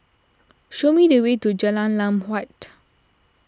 show me the way to Jalan Lam Huat